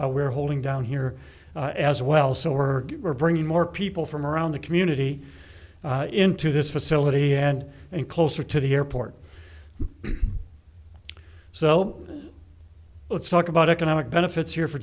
we're holding down here as well so we're bringing more people from around the community into this facility and in closer to the airport so let's talk about economic benefits here for